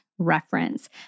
reference